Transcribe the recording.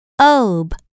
ob